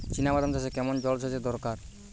চিনাবাদাম চাষে কেমন জলসেচের দরকার?